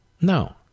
No